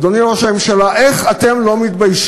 אדוני ראש הממשלה, איך אתם לא מתביישים